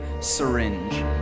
syringe